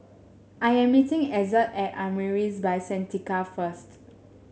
I am meeting Ezzard at Amaris By Santika first